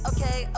Okay